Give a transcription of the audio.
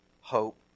Hope